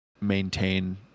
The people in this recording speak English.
maintain